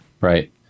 right